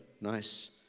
nice